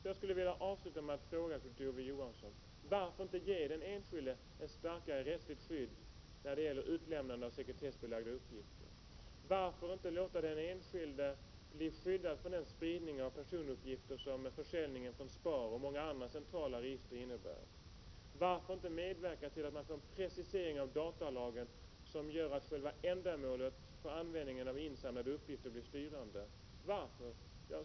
Jag skulle vilja avsluta med att fråga Kurt Ove Johansson: Varför inte ge den enskilde ett starkare rättsligt skydd mot utlämnande av sekretessbelagda uppgifter? Varför inte låta den enskilde bli skyddad mot den spridning av personuppgifter som försäljningen från SPAR och många andra centrala register innebär? Varför inte medverka till en precisering av datalagen, som gör att själva ändamålet med användningen av insamlade uppgifter blir styrande? Ja, varför?